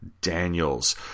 Daniels